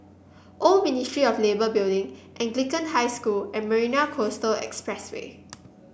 Old Ministry of Labour Building Anglican High School and Marina Coastal Expressway